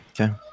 Okay